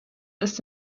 ist